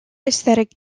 aesthetic